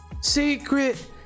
secret